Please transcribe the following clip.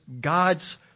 God's